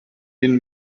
den